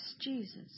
Jesus